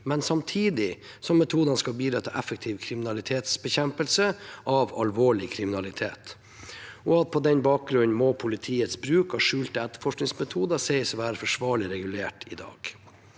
men samtidig skal metodene bidra til effektiv kriminalitetsbekjempelse av alvorlig kriminalitet. På den bakgrunnen må politiets bruk av skjulte etterforskningsmetoder sies å være forsvarlig regulert i dag.